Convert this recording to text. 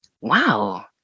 wow